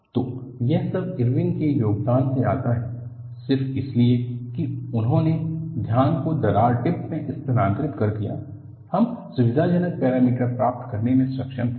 तो यह सब इरविन के योगदान से आता है सिर्फ इसलिए कि उन्होंने ध्यान को दरार टिप में स्थानांतरित कर दिया हम सुविधाजनक पैरामीटर प्राप्त करने में सक्षम थे